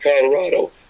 Colorado